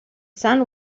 sun